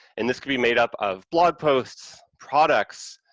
and this could be made-up of blog posts, products,